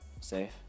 Safe